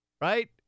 Right